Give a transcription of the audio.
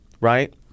right